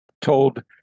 told